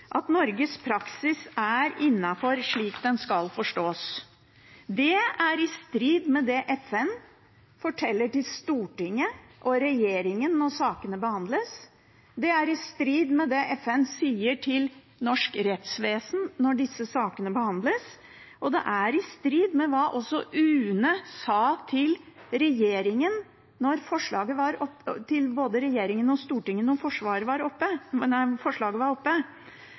at Norges praksis er innafor, slik den skal forstås. Det er i strid med det FN forteller til Stortinget og regjeringen når sakene behandles. Det er i strid med det FN sier til norsk rettsvesen når disse sakene behandles, og det er i strid med hva også UNE sa til både regjeringen og Stortinget da forslaget var